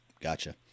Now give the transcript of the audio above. Gotcha